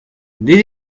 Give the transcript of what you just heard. did